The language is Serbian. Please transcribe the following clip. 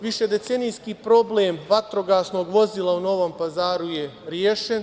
Višedecenijski problem vatrogasnog vozila u Novom Pazaru je rešen.